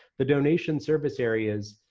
the donation service areas